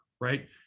Right